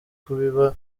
kubiba